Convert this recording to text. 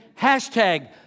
hashtag